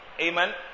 Amen